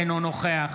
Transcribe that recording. אינו נוכח